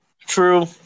True